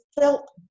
felt